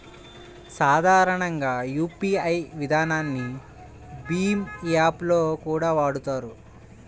సాధారణంగా యూపీఐ విధానాన్ని భీమ్ యాప్ లో కూడా వాడతారు